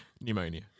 pneumonia